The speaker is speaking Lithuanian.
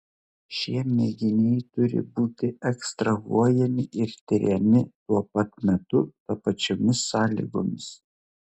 šie mėginiai turi būti ekstrahuojami ir tiriami tuo pat metu tapačiomis sąlygomis